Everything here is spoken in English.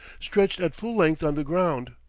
stretched at full length on the ground.